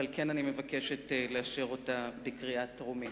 ועל כן אני מבקשת לאשר אותה בקריאה טרומית.